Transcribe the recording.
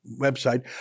website